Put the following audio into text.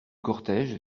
cortège